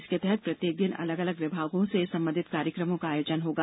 इसके तहत प्रत्येक दिन अलग अलग विभागों से संबंधित कार्यक्रमों का आयोजन होगा